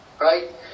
right